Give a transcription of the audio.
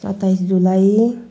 सत्ताइस जुलाई